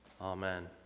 Amen